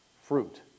fruit